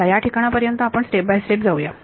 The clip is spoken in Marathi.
चला या ठिकाणापर्यंत आपण स्टेप बाय स्टेप येऊया